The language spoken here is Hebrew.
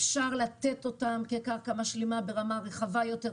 אפשר לתת אותן כקרקע משלימה ברמה רחבה יותר,